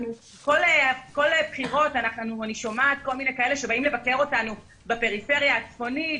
כל בחירות אני שומעת כל מיני כאלה שבאים לבקר אותנו בפריפריה הצפונית,